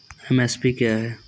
MSP क्या है?